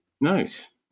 Nice